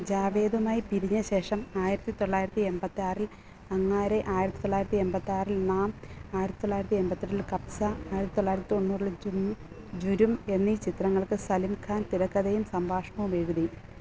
ജാവേദുമായി പിരിഞ്ഞശേഷം ആയിരത്തി തൊള്ളായിരത്തി എൺപത്താറിൽ അംഗാരേ ആയിരത്തി തൊള്ളായിരത്തി എൺപത്താറിൽ നാം ആയിരത്തി തൊള്ളായിരത്തി എൺപത്തെട്ടിൽ കബ്സാ ആയിരത്തി തൊള്ളായിരത്തി തൊണ്ണൂറിൽ ജുരും എന്നീ ചിത്രങ്ങൾക്ക് സലിം ഖാൻ തിരക്കഥയും സംഭാഷണവും എഴുതി